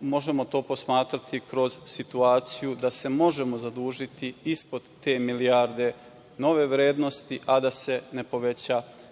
možemo to posmatrati kroz situaciju da se možemo zadužiti ispod te milijarde nove vrednosti, a da se ne poveća